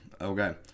okay